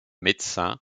médecins